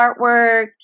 artwork